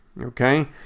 okay